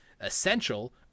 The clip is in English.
essential